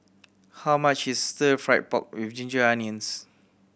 how much is Stir Fry pork with ginger onions